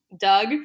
Doug